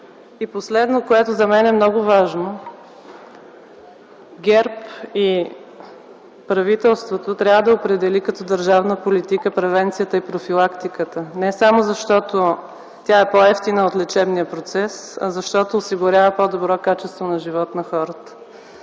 И последно, което за мен е много важно, ГЕРБ и правителството трябва да определят като държавна политика превенцията и профилактиката, не само защото тя е по-евтина от лечебния процес, а защото осигурява по-добро качество на живот на хората.